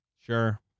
Sure